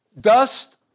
Dust